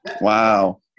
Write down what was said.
Wow